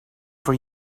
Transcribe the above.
for